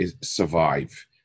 survive